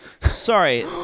Sorry